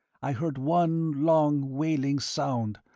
i heard one long, wailing sound,